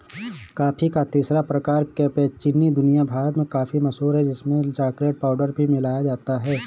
coffee का तीसरा प्रकार कैपेचीनो दुनिया भर में काफी मशहूर है जिसमें चॉकलेट पाउडर भी मिलाया जाता है